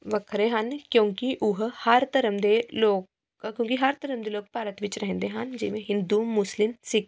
ਵੱਖਰੇ ਹਨ ਕਿਉਂਕਿ ਉਹ ਹਰ ਧਰਮ ਦੇ ਲੋਕ ਕਿਉਂਕਿ ਹਰ ਧਰਮ ਦੇ ਲੋਕ ਭਾਰਤ ਵਿੱਚ ਰਹਿੰਦੇ ਹਨ ਜਿਵੇਂ ਹਿੰਦੂ ਮੁਸਲਿਮ ਸਿੱਖ